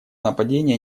нападения